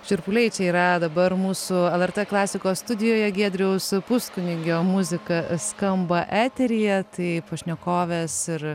šiurpuliai čia yra dabar mūsų lrt klasikos studijoje giedriaus puskunigio muzika skamba eteryje tai pašnekovės ir